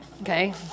Okay